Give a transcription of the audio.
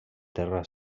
terra